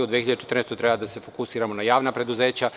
U 2014. godini treba da se fokusiramo na javna preduzeća.